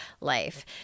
life